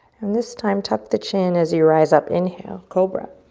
and this time, tuck the chin as you rise up, inhale, cobra.